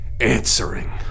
answering